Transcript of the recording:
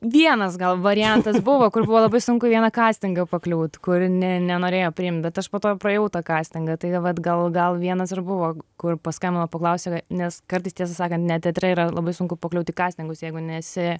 vienas gal variantas buvo kur buvo labai sunku į vieną kastingą pakliūt kur ne nenorėjo priimt bet aš po to praėjau tą kastingą tai vat gal gal vienas ir buvo kur paskambino paklausė nes kartais tiesą sakant net teatre yra labai sunku pakliūt į kasininkus jeigu nesi